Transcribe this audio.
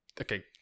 okay